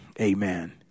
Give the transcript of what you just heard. amen